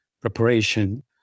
preparation